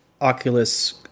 Oculus